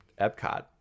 Epcot